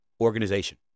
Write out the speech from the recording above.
organization